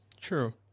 true